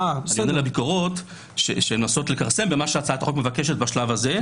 אני עונה לביקורות שמנסות לכרסם במה שהצעת החוק מבקשת בשלב הזה.